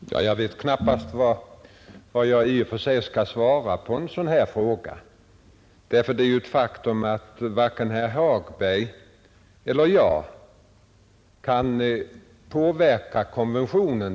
Herr talman! Jag vet knappast vad jag i och för sig skall svara på en sådan här fråga, ty det är ju ett faktum att varken herr Hagberg eller jag kan påverka konventionen.